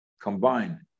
combine